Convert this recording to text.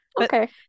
Okay